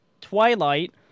Twilight